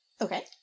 Okay